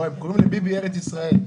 הם קוראים לביבי ארץ ישראל.